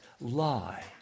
lie